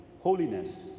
holiness